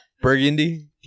burgundy